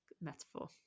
metaphor